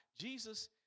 Jesus